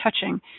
touching